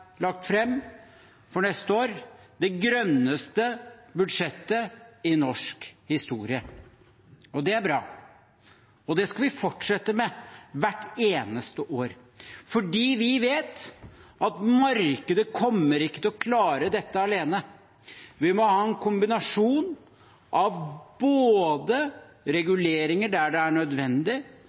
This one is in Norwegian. lagt fram for neste år, det grønneste budsjettet i norsk historie. Det er bra, og det skal vi fortsette med, hvert eneste år, for vi vet at markedet ikke kommer til å klare dette alene. Vi må ha en kombinasjon av reguleringer der det er nødvendig,